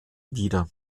wieder